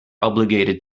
obligated